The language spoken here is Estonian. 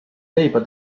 leiba